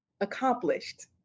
accomplished